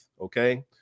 okay